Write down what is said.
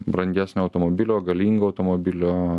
brangesnio automobilio galingo automobilio